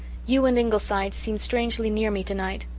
you and ingleside seem strangely near me tonight.